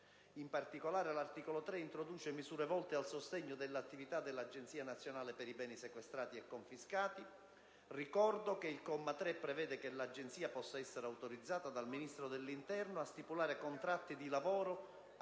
In particolare, l'articolo 3 introduce misure volte al sostegno dell'attività dell'Agenzia nazionale per i beni sequestrati e confiscati. Ricordo che il comma 3 prevede che l'Agenzia possa essere autorizzata dal Ministro dell'interno a stipulare contratti di lavoro a tempo